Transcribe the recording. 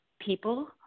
people